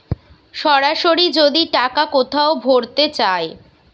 সরাসরি যদি টাকা কোথাও ভোরতে চায়